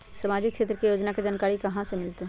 सामाजिक क्षेत्र के योजना के जानकारी कहाँ से मिलतै?